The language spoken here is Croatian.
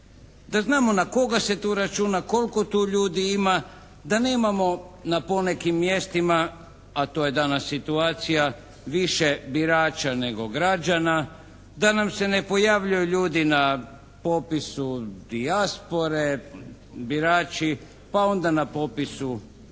Da znamo na koga se tu računa, koliko tu ljudi ima, da nemamo na ponekim mjestima, a to je danas situacija više birača nego građana, da nam se ne pojavljuju ljudi na popisu dijaspore birači pa onda na popisu